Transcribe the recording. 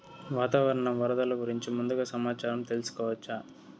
వాతావరణం వరదలు గురించి ముందుగా సమాచారం తెలుసుకోవచ్చా?